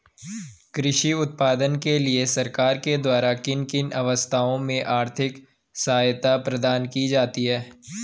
कृषि उत्पादन के लिए सरकार के द्वारा किन किन अवस्थाओं में आर्थिक सहायता प्रदान की जाती है?